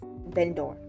vendor